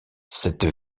cette